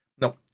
no